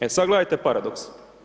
E sad gledajte paradoks.